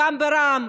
גם ברע"מ,